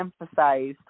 emphasized